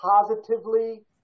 positively